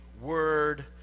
Word